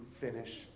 finish